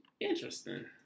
Interesting